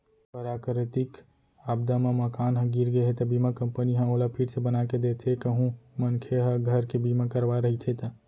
पराकरितिक आपदा म मकान ह गिर गे त बीमा कंपनी ह ओला फिर से बनाके देथे कहूं मनखे ह घर के बीमा करवाय रहिथे ता